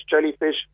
jellyfish